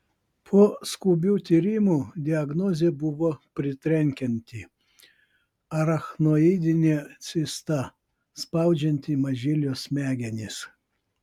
po skubių tyrimų diagnozė buvo pritrenkianti arachnoidinė cista spaudžianti mažylio smegenis